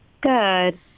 Good